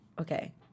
okay